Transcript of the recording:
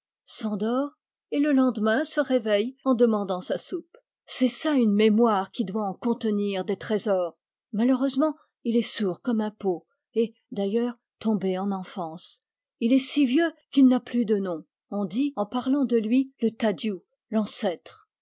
s'endort et le lendemain se réveille en demandant sa soupe c'est ça une mémoire qui doit en contenir des trésors malheureusement il est sourd comme un pot et d'ailleurs tombé en enfance ti est si vieux qu'il n'a plus de nom on dit en parlant de lui le tadiou l'ancêtre